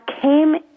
came